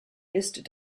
ist